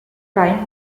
prime